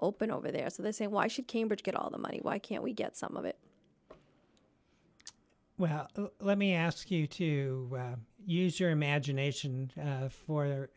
open over there so they say why should cambridge get all the money why can't we get some of it well let me ask you to use your imagination for